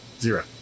zero